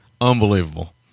unbelievable